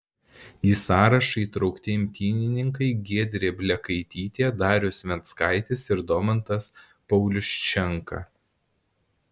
į sąrašą įtraukti imtynininkai giedrė blekaitytė darius venckaitis ir domantas pauliuščenka